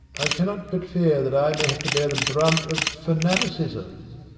i cannot but fear that i may have to bear the brunt of fanaticism